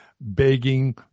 begging